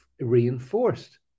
reinforced